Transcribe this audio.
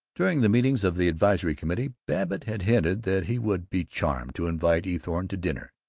during the meetings of the advisory committee, babbitt had hinted that he would be charmed to invite eathorne to dinner,